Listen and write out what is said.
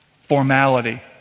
formality